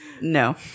no